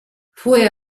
fue